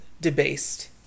debased